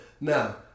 now